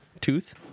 Tooth